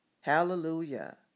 Hallelujah